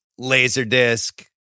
Laserdisc